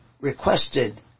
requested